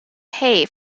pay